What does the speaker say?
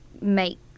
make